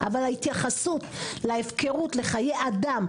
אבל ההתייחסות להפקרות לחיי אדם,